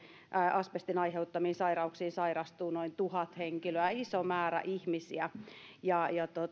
asbestin aiheuttamiin sairauksiin sairastuu noin tuhat henkilöä iso määrä ihmisiä